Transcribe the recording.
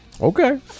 okay